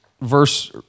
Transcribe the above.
verse